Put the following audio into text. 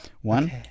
one